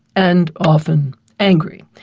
and often angry.